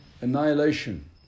annihilation